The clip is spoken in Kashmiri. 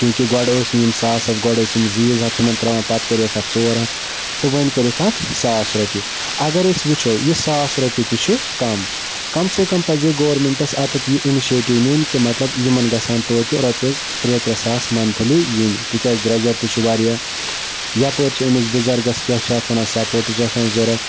چوٗنٛکہِ گۄڈٕ ٲسۍ نہٕ یِم ساس ساس گۄڈٕ ٲسۍ یِم زۭز ہتھ یِمَن ترٛاوان پَتہٕ کَرییَکھ اَتھ ژور ہَتھ تہٕ وۄنۍ کٔرِکھ اَتھ ساس رۄپیہِ اگر أسۍ وٕچھو یہِ ساس رۄپیہِ تہِ چھُ کَم کَم سے کَم پَزِہے گورمٮ۪نٛٹَس اَتٮ۪تھ یہِ اِنِشیٹِو نیُن کہِ مَطلَب یِمَن گَژھٕ ہَن تویتہِ رۄپیَس ترٛےٚ ترٛےٚ ساس مَنتھٕلی یِنۍ تِکیٛازِ درٛۄجَر تہِ چھُ واریاہ یَپٲرۍ چھِ أمِس بُزَرگَس کیٛاہ چھِ اَتھ وَنان سَپوٹٕچ آسان ضوٚرَتھ